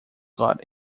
got